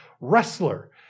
wrestler